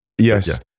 Yes